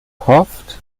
hofft